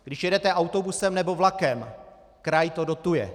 Když jedete autobusem nebo vlakem, kraj to dotuje.